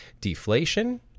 Deflation